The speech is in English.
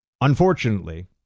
unfortunately